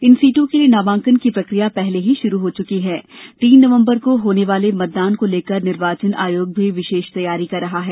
इन सीटों के लिए नामांकन की प्रक्रिया पहले ही शुरू हो चुकी है तीन नवंबर को होने वाले मतदान को लेकर निर्वाचन आयोग विशेष तैयारी रहा है